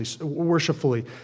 worshipfully